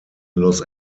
los